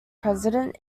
president